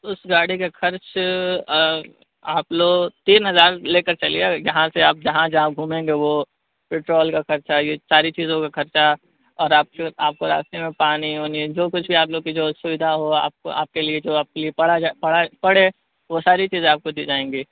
اس گاڑی کا خرچ آپ لوگ تین ہزار لے کر چلیے یہاں سے آپ جہاں جہاں گھومیں گے وہ پٹرول کا خرچہ یہ ساری چیزوں کا خرچہ اور آپ سے آپ کو راستے میں پانی وانی جو کچھ بھی آپ لوگ کی جو سودیدھا ہو آپ کو آپ کے لیے جو آپ کے لیے پڑا جائے پڑا پڑے وہ ساری چیزیں آپ کو دی جائیں گی